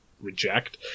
reject